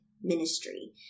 ministry